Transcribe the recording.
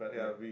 yeah